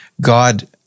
God